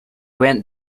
went